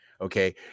Okay